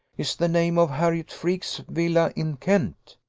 is the name of harriot freke's villa in kent.